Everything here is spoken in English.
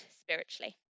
spiritually